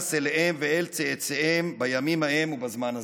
והיחס אליהם ואל צאצאיהם בימים ההם ובזמן הזה.